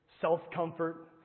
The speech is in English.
self-comfort